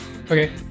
Okay